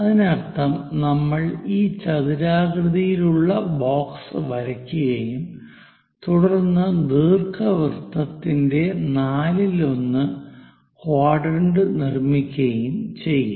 അതിനർത്ഥം നമ്മൾ ഈ ചതുരാകൃതിയിലുള്ള ബോക്സ് വരയ്ക്കുകയും തുടർന്ന് ദീർഘവൃത്തത്തിന്റെ നാലിലൊന്ന് ക്വാഡ്രന്റ് നിർമ്മിക്കുകയും ചെയ്യും